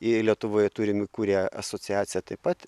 ir lietuvoje turim įkūrę asociaciją taip pat